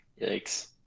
Yikes